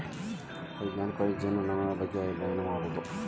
ವೈಜ್ಞಾನಿಕವಾಗಿ ಜೇನುನೊಣಗಳ ಬಗ್ಗೆ ಅದ್ಯಯನ ಮಾಡುದು